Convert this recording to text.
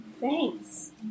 Thanks